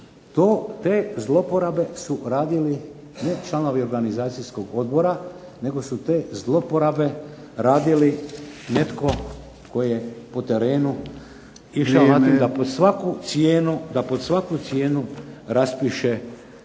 TE zloporabe su radili ne članovi organizacijskog odbora nego su te zloporabe radili netko tko je po terenu išao na to da pod svaku cijenu raspiše,